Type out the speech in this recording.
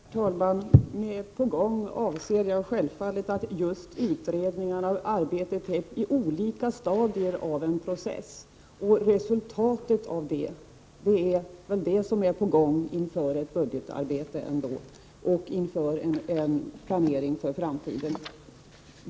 Herr talman! Med att det är på gång avser jag självfallet att utredningarna och arbetet är i olika stadier av en process. Resultatet av det är det som är på gång inför ett budgetarbete och inför en planering för framtiden.